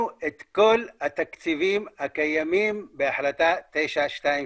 את כל התקציבים הקיימים בהחלטה 922